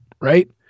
right